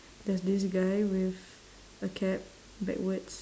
there's this guy with a cap backwards